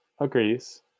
agrees